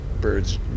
birds